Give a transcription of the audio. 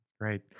Great